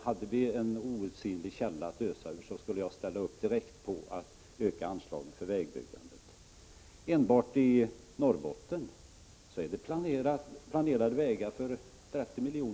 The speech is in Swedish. Hade vi en outsinlig källa att ösa ur skulle jag ställa upp Prot. 1985/86:118 direkt på att öka anslagen för vägbyggandet.